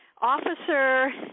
officer